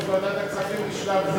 נא להביא לי לחתימה.